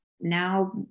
now